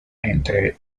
entre